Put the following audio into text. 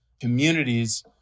communities